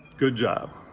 good job,